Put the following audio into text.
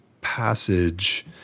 passage